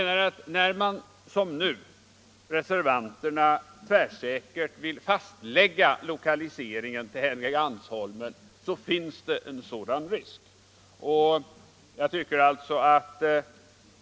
När man som reservanterna tvärsäkert vill fastlägga lokaliseringen till Helgeandsholmen finns det en risk härför.